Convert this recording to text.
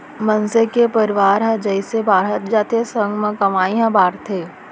मनसे के परवार ह जइसे बाड़हत जाथे संग म कमई ह बाड़थे